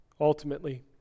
Ultimately